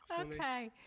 Okay